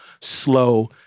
slow